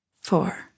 four